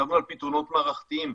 חשבנו על פתרונות מערכתיים,